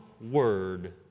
word